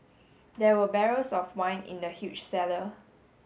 there were barrels of wine in the huge cellar